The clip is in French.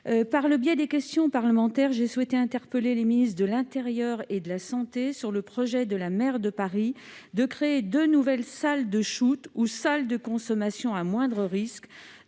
Madame la secrétaire d'État, je souhaite interpeller les ministres de l'intérieur et de la santé sur le projet de la maire de Paris de créer deux nouvelles salles de shoot, ou salles de consommation à moindre risque